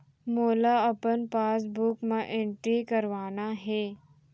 मोला अपन पासबुक म एंट्री करवाना हे?